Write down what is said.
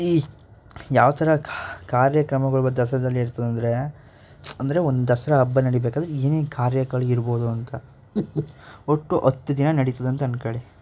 ಈ ಯಾವ ಥರ ಕಾರ್ಯಕ್ರಮಗಳು ದಸರಾದಲ್ಲಿ ಇರ್ತದಂದರೆ ಅಂದರೆ ಒಂದು ದಸರಾ ಹಬ್ಬ ನಡೀಬೇಕಾದ್ರೆ ಏನೇನು ಕಾರ್ಯಗಳಿರ್ಬೋದು ಅಂತ ಒಟ್ಟು ಹತ್ತು ದಿನ ನಡೀತದೆ ಅಂತ ಅಂದ್ಕೋಳಿ